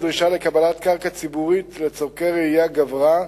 הדרישה לקבלת קרקע ציבורית לצורכי רעייה גברה,